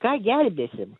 ką gelbėsim